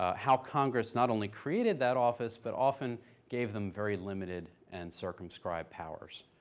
ah how congress not only created that office but often gave them very limited and circumscribed powers.